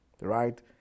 right